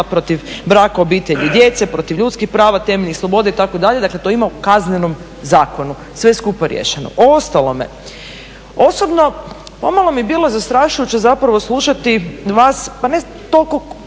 protiv braka, obitelji i djece, protiv ljudskih prava, temeljnih sloboda itd. dakle to ima u Kaznenom zakonu sve skupa riješeno. O ostalome osobno, pomalo mi je bilo zastrašujuće slušati vas pa ne toliko